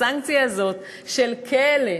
את הסנקציה הזאת של כלא,